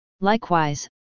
Likewise